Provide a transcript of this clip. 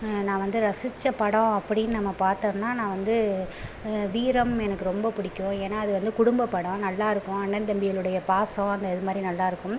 நான் வந்து ரசித்த படம் அப்படினு நம்ம பார்த்தோம்னா நான் வந்து வீரம் எனக்கு ரொம்ப பிடிக்கும் ஏன்னால் அது வந்து குடும்ப படம் நல்லாயிருக்கும் அண்ண தம்பிகளுடைய பாசம் அந்த அதுமாதிரி நல்லாயிருக்கும்